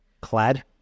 clad